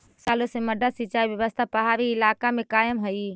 सालो से मड्डा सिंचाई व्यवस्था पहाड़ी इलाका में कायम हइ